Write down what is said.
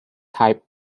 type